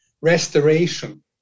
restoration